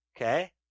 okay